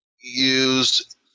use